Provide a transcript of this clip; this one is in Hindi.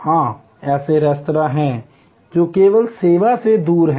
हां ऐसे रेस्तरां हैं जो केवल सेवा से दूर हैं